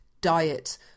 diet